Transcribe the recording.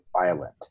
violent